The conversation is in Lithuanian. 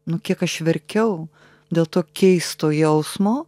nu kiek aš verkiau dėl to keisto jausmo